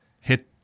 hit